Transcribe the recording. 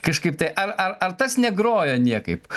kažkaip tai ar ar ar tas negrojo niekaip